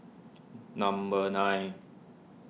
number nine